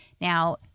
Now